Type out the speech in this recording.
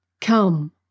Come